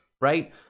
Right